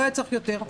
לא היה צריך יותר.